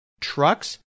trucks